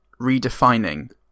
redefining